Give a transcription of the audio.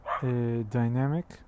dynamic